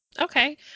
Okay